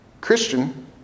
Christian